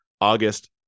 August